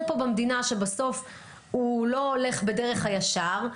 פה במדינה שבסוף לא הולך בדרך הישר,